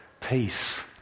peace